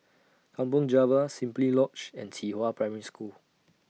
Kampong Java Simply Lodge and Qihua Primary School